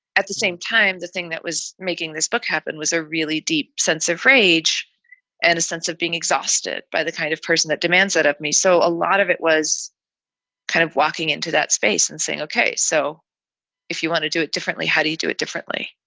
at the same time, the thing that was making this book happen was a really deep sense of rage and a sense of being exhausted by the kind of person that demands out of me. so a lot of it was kind of walking into that space and saying, ok, so if you want to do it differently, how do you do it differently?